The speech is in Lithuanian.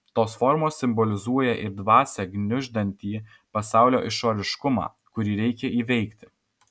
tos formos simbolizuoja ir dvasią gniuždantį pasaulio išoriškumą kurį reikia įveikti